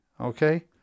okay